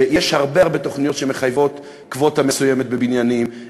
ויש הרבה הרבה תוכניות שמחייבות קווטה מסוימת בבניינים,